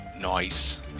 Nice